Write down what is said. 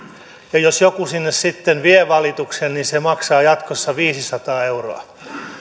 jos joku sinne sitten vie valituksen niin se maksaa jatkossa viisisataa euroa